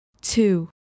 two